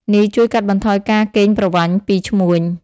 នេះជួយកាត់បន្ថយការកេងប្រវ័ញ្ចពីឈ្មួញ។